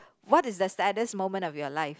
what is the saddest moment of your life